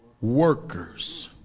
Workers